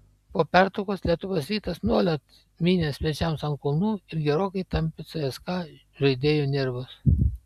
po pertraukos lietuvos rytas nuolat mynė svečiams ant kulnų ir gerokai tampė cska žaidėjų nervus